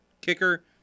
kicker